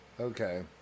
Okay